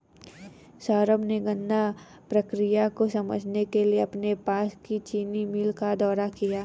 सौरभ ने गन्ना प्रक्रिया को समझने के लिए अपने पास की चीनी मिल का दौरा किया